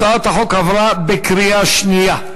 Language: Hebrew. הצעת החוק עברה בקריאה שנייה.